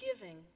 giving